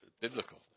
biblical